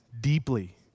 deeply